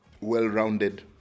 well-rounded